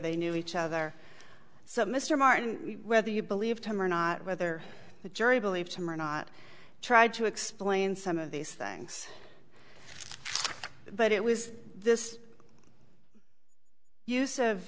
they knew each other so mr martin whether you believed him or not whether the jury believed him or not tried to explain some of these things but it was this use of